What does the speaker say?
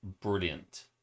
brilliant